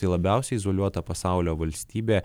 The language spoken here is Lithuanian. labiausiai izoliuota pasaulio valstybė